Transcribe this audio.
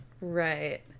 Right